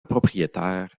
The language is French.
propriétaire